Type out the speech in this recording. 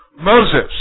Moses